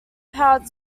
powered